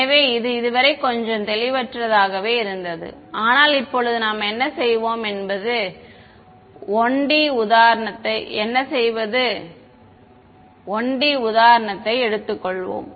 எனவே இது இதுவரை கொஞ்சம் தெளிவற்றதாகவே இருந்தது ஆனால் இப்போது நாம் என்ன செய்வோம் என்பது 1 D உதாரணத்தை எடுத்துக்கொள்வோம்